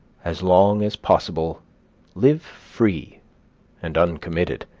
as long as possible live free and uncommitted.